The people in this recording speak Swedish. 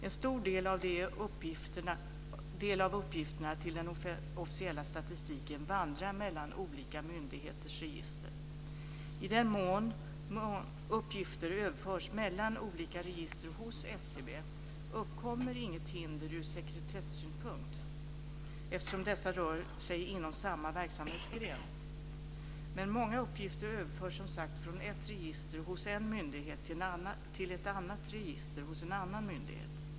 En stor del av uppgifterna till den officiella statistiken vandrar mellan olika myndigheters register. I SCB uppkommer inget hinder ur sekretessynpunkt, eftersom dessa rör sig inom samma verksamhetsgren. Men många uppgifter överförs som sagt från ett register hos en myndighet till ett annat register hos en annan myndighet.